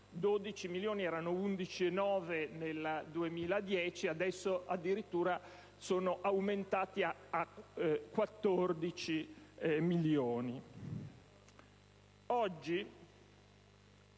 12 milioni: erano 11,9 nel 2010 e adesso addirittura sono aumentati a 14 milioni.